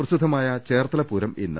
പ്രസിദ്ധമായ ചേർത്തല പൂരം ഇന്ന്